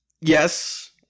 yes